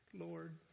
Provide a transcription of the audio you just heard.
Lord